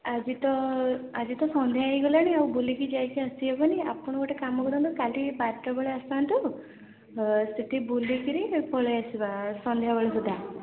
ଆଜି ତ ଆଜି ତ ସନ୍ଧ୍ୟା ହେଇଗଲାଣି ଆଉ ବୁଲିକି ଯାଇକି ଆସି ହେବନି ଆପଣ ଗୋଟେ କାମ କରନ୍ତୁ କାଲି ବାରଟା ବେଳେ ଆସନ୍ତୁ ସେଇଠି ବୁଲିକିରି ପଳେଇ ଆସିବା ସନ୍ଧ୍ୟାବେଳ ସୁଦ୍ଧା